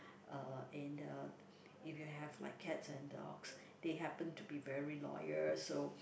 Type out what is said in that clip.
uh and uh if you have like cats and dogs they happen to be very loyal so